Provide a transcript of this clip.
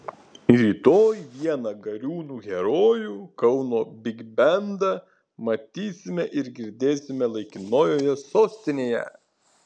rytoj vieną gariūnų herojų kauno bigbendą matysime ir girdėsime laikinojoje sostinėje